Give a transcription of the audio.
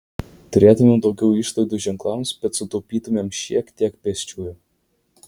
turėtumėm daugiau išlaidų ženklams bet sutaupytumėm šiek tiek pėsčiųjų